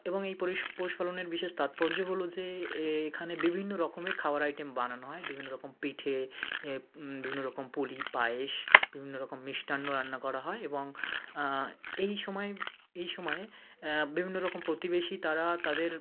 এবং এই পৌষপার্বণের বিশেষ তাৎপর্য হলো যে এ এখানে বিভিন্ন রকমের খাবার আইটেম বানানো হয় বিভিন্ন রকম পিঠে ইয়ে বিভিন্ন রকম পুলি পায়েস বিভিন্ন রকম মিষ্টান্ন রান্না করা হয় এবং এই সময় এই সময়ে বিভিন্ন রকম প্রতিবেশী তারা তাদের